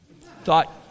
thought